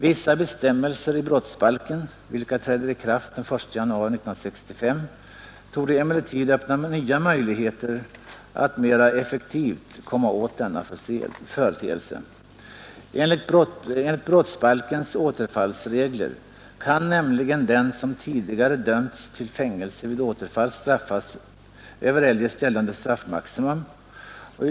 Vissa bestämmelser i brottsbalken, vilka träder i kraft den 1 januari 1965, torde emellertid öppna nya möjligheter att mera effektivt komma åt denna företeelse. Enligt brottsbalkens återfallsregler kan nämligen en som tidigare dömts till fängelse vid återfall straffas över eljest gällande straffmaximum.